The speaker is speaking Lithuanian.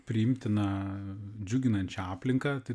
priimtiną džiuginančią aplinką tai